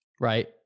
right